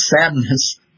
sadness